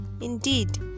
Indeed